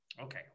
Okay